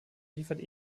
liefert